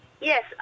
Yes